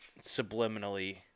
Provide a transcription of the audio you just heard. subliminally